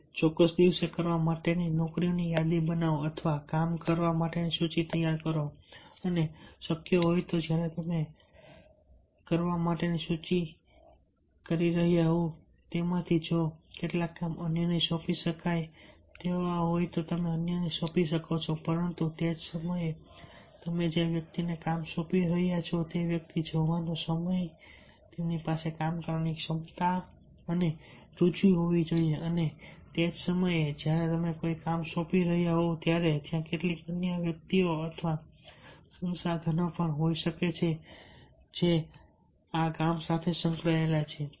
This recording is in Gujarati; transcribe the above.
તે ચોક્કસ દિવસે કરવા માટેની નોકરીઓની યાદી બનાવો અથવા કામ કરવા માટેની સૂચિ તૈયાર કરો અને જો શક્ય હોય તો જ્યારે તમે કરવા માટેની સૂચિ તૈયાર કરી રહ્યા હોવ તેમાંથી જો કેટલાક કામ અન્યને સોંપી શકાય તો તમે અન્યને કામ સોંપી શકો છો પરંતુ તે જ સમયે તમે જે વ્યક્તિને કામ સોંપી રહ્યા છો તે વ્યક્તિને જોવાનો સમય તેની પાસે કામ કરવાની ક્ષમતા અને રુચિ હોવી જોઈએ અને તે જ સમયે જ્યારે તમે કોઈ કામ સોંપી રહ્યાં હોવ ત્યારે ત્યાં કેટલીક અન્ય વ્યક્તિઓ અથવા સંસાધનો પણ હોઈ શકે છે જે આ કામ સાથે સંકળાયેલા છે